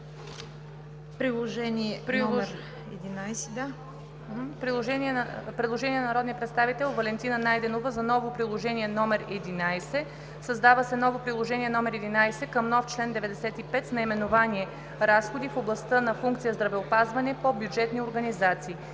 Предложение на народния представител Валентина Найденова за ново Приложение № 11: „Създава се ново Приложение №11, към нов чл. 95 с наименование „Разходи в областта на функция „Здравеопазване“ по бюджетни организации“.